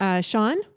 Sean